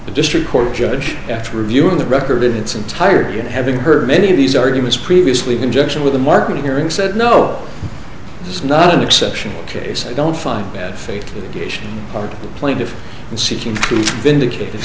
the district court judge after reviewing the record in its entirety and having heard many of these arguments previously conjunction with the martin hearing said no this is not an exceptional case i don't find bad faith part of the plaintiff and seeking to vindicate